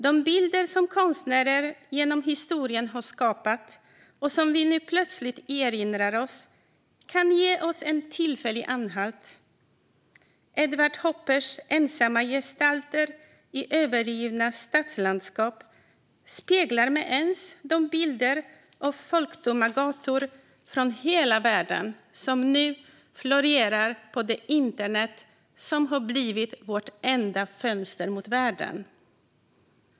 De bilder som konstnärer genom historien har skapat, och som vi nu plötsligt erinrar oss, kan ge oss en tillfällig anhalt: Edward Hoppers ensamma gestalter i övergivna stadslandskap speglar med ens de bilder av folktomma gator från hela världen som nu florerar på det internet som har blivit vårt enda fönster mot världen."